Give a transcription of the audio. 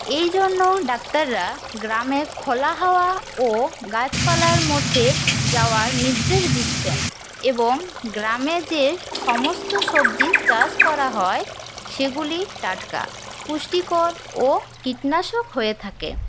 এই জন্য ডাক্তাররা গ্রামে খোলা হাওয়া ও গাছপালার মধ্যে যাওয়ার নির্দেশ দিচ্ছেন এবং গ্রামে যে সমস্ত সবজি চাষ করা হয় সেগুলি টাটকা পুষ্টিকর ও কীটনাশক হয়ে থাকে